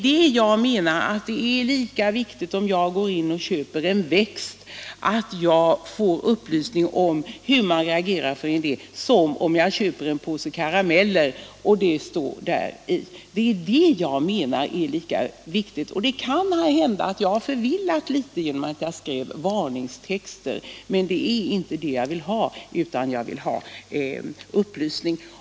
Det är lika viktigt att jag får upplysning om ämnen som man kan reagera mot när jag köper en krukväxt som när fal jag köper en påse karameller. Jag har kanske förvillat begreppen genom att jag i min fråga talade om varningstexter, men det är inte det jag vill ha utan upplysning.